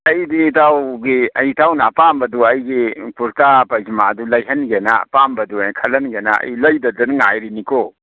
ꯑꯩꯗꯤ ꯏꯇꯥꯎꯒꯤ ꯏꯇꯥꯎꯅ ꯑꯄꯥꯝꯕꯗꯨ ꯑꯩꯒꯤ ꯀꯨꯔꯇꯥ ꯄꯥꯏꯖꯃꯥꯗꯨ ꯂꯩꯍꯟꯒꯦꯅ ꯑꯄꯥꯝꯕꯗꯨ ꯈꯜꯍꯟꯒꯦꯅ ꯑꯩ ꯂꯩꯗꯗꯅ ꯉꯥꯏꯔꯤꯅꯤꯀꯣ